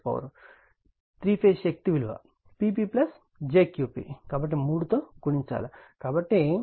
కాబట్టి 3 ఫేజ్ శక్తి విలువ P p jQ p కాబట్టి 3 తో గుణించాలి